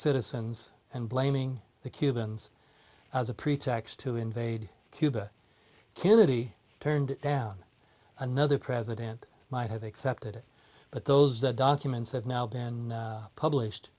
citizens and blaming the cubans as a pretext to invade cuba kennedy turned down another president might have accepted it but those the documents have now been published